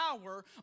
power